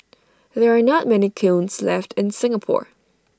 there are not many kilns left in Singapore